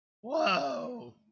Whoa